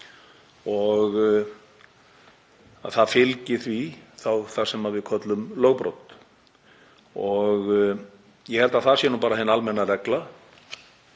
og að það fylgi því þá það sem við köllum lögbrot. Ég held að það sé bara hin almenna regla